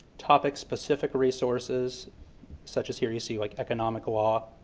topic-specific resources such as here you see like economic law.